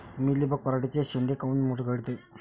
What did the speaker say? Mealybug पराटीचे चे शेंडे काऊन मुरगळते?